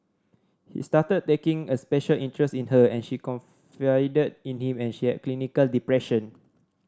he started taking a special interest in her and she confided in him and she had clinical depression